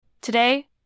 Today